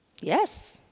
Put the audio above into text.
Yes